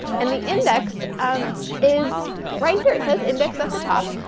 and the index um is right here it says index at the top.